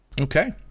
Okay